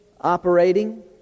operating